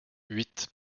huit